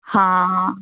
ਹਾਂ